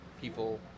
people